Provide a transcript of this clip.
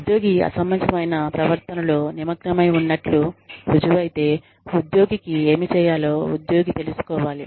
ఉద్యోగి అసమంజసమైన ప్రవర్తనలో నిమగ్నమై ఉన్నట్లు రుజువైతే ఉద్యోగికి ఏమి చేయాలో ఉద్యోగి తెలుసుకోవాలి